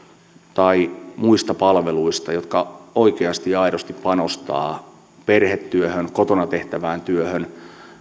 tai muista palveluista jotka oikeasti ja aidosti panostavat perhetyöhön kotona tehtävään työhön